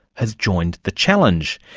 has joined the challenge.